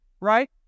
Right